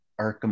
Arkham